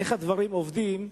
איך הדברים עובדים,